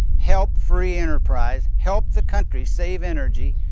help free enterprise, help the country save energy,